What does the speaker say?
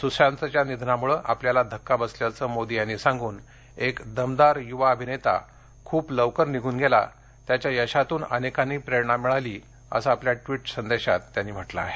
सुशांतच्या निधनामुळं आपल्याला धक्का बसल्याचं मोदी यांनी सांगून एक दमदार युवा अभिनेता खूप लवकर निघून गेला त्याच्या यशातून अनेकांनी प्रेरणा मिळाली असं आपल्या ट्विट संदेशात म्हटलं आहे